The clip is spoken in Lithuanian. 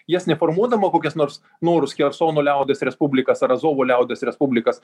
jas neformuodama kokias nors norus chersono liaudies respublikos ar azovo liaudies respublikas